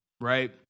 right